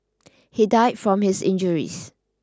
he died from his injuries